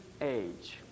age